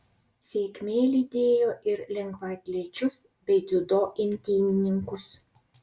sėkmė lydėjo ir lengvaatlečius bei dziudo imtynininkus